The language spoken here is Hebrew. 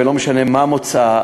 ולא משנה מה מוצאה,